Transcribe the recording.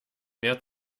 mehr